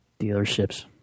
dealerships